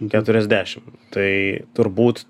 keturiasdešim tai turbūt